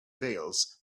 veils